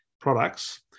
products